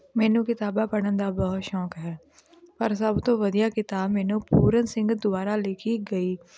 ਮੈਨੂੰ ਕਿਤਾਬਾਂ ਪੜ੍ਹਨ ਦਾ ਬਹੁਤ ਸ਼ੌਂਕ ਹੈ ਪਰ ਸਭ ਤੋਂ ਵਧੀਆ ਕਿਤਾਬ ਮੈਨੂੰ ਪੂਰਨ ਸਿੰਘ ਦੁਆਰਾ ਲਿਖੀ ਗਈ